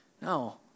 No